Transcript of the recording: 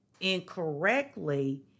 incorrectly